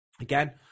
Again